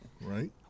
Right